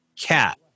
cat